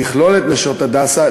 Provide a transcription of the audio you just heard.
תכלול את "נשות הדסה",